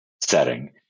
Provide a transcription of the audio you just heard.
setting